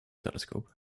telescope